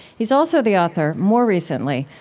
he's also the author, more recently,